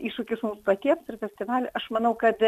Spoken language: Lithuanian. iššūkis mums patiems ir festivaliui aš manau kad